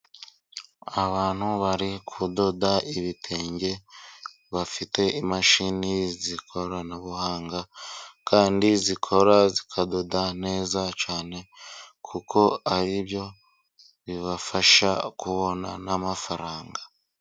Abantu bari kudoda ibitenge, bafite imashini z'ikoranabuhanga, kandi zikora zikadoda neza cyane, kuko aribyo bibafasha kubona n'amafaranga.